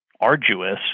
arduous